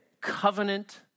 covenant